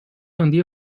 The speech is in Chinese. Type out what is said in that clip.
降低